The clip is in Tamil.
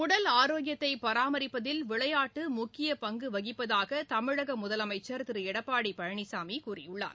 உடல் ஆரோக்கியத்தை பராமரிப்பதில் விளையாட்டு முக்கிய பங்கு வகிப்பதாக தமிழக முதலமைச்சர் திரு எடப்பாடி பழனிசாமி கூறியுள்ளார்